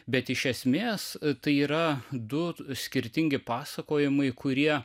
bet iš esmės tai yra du skirtingi pasakojimai kurie